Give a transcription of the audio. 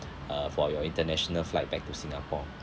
uh for your international flight back to singapore